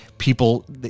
People